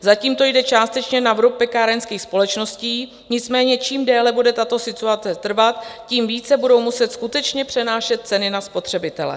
Zatím to jde částečně na vrub pekárenských společností, nicméně čím déle bude tato situace trvat, tím více budou muset skutečně přenášet ceny na spotřebitele.